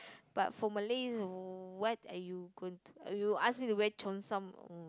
but for Malays what are you going to you ask me to wear Cheongsam